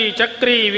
Chakri